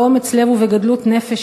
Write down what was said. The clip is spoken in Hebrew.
באומץ לב ובגדלות נפש,